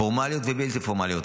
פורמליות ובלתי פורמליות.